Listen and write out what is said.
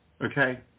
Okay